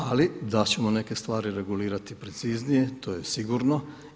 Ali da ćemo neke stvari regulirati preciznije to je sigurno.